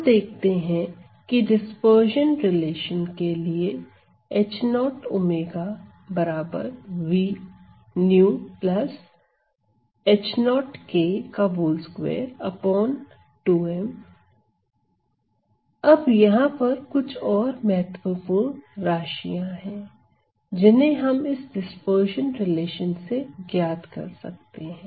हम देखते हैं कि डिस्पर्शन रिलेशन के लिए अब यहां पर कुछ और महत्वपूर्ण राशियां है जिन्हें हम इस डिस्पर्शन रिलेशन से ज्ञात कर सकते हैं